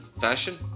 fashion